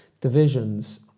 divisions